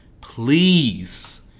Please